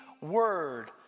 word